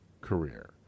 career